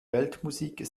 weltmusik